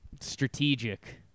strategic